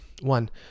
One